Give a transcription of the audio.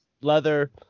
leather